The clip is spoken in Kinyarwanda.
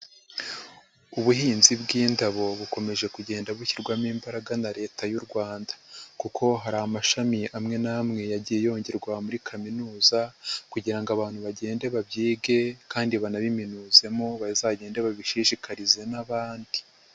Ubuhinzi bw'indabo bukomeje kugenda bushyirwamo imbaraga na Leta y'u Rwanda kuko hari amashami amwe n'amwe yagiye yongerwa muri kaminuza kugira ngo abantu bagende babyige kandi banabiminuzemo, bazagende babishishikarize n'abandi.